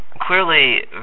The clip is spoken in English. clearly